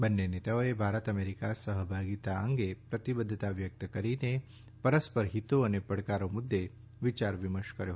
બંને નેતાઓએ ભારત અમેરીકા સહભાગીતા અંગે પ્રતિબધ્ધતા વ્યકત કરી ને પરસ્પર હિતો અને પડકારો મુદ્દે વિયાર વિમર્શ કર્યા